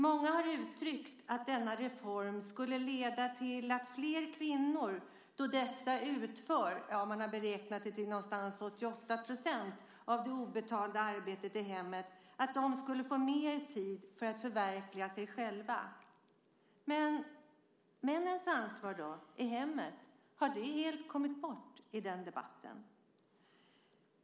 Många har uttryckt att denna reform skulle leda till att flera kvinnor - man har beräknat det till ca 88 % av det obetalda arbetet i hemmet - får mer tid att förverkliga sig själva. Men männens ansvar i hemmet då? Har det helt kommit bort i den debatten?